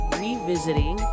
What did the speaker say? revisiting